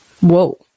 Whoa